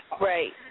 Right